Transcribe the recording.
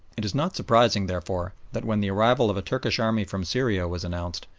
it is not surprising, therefore, that when the arrival of a turkish army from syria was announced,